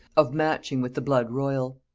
of matching with the blood royal.